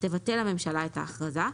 תבטל הממשלה את ההכרזה,